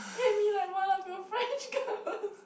paint me like one of your French girls